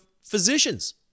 physicians